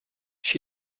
also